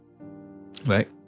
right